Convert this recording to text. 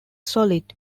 solid